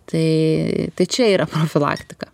tai tai čia yra profilaktika